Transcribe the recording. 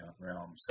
realm